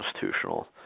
constitutional